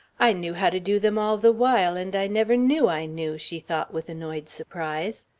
i knew how to do them all the while, and i never knew i knew, she thought with annoyed surprise.